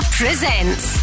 presents